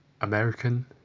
American